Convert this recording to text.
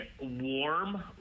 warm